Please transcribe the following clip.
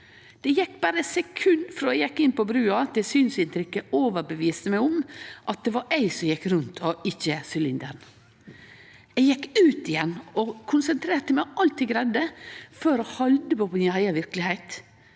Det gjekk berre sekund frå eg gjekk inn på brua, til synsinntrykket overtydde meg om at det var eg som gjekk rundt, og ikkje sylinderen. Eg gjekk ut igjen og konsentrerte meg alt eg greidde for å halde på mi eiga verkelegheit,